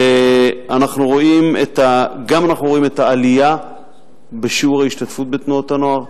אנחנו גם רואים את העלייה בשיעור ההשתתפות בתנועות הנוער.